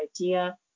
idea